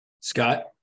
Scott